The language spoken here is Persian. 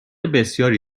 بسیاری